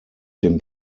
dem